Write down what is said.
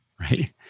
right